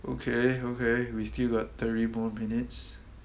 okay okay we still got thirty more minutes